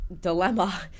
dilemma